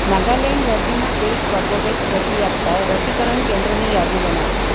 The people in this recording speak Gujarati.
નાગાલેન્ડ રાજ્યમાં પેઈડ કોર્બેવેક્સ રસી આપતાં રસીકરણ કેન્દ્રની યાદી બતાવો